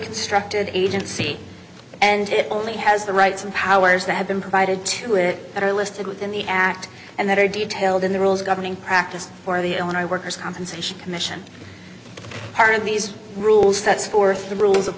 constructed agency and it only has the rights and powers that have been provided to it that are listed within the act and that are detailed in the rules governing practice or the illinois workers compensation commission part of these rules that's for the rules of